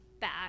back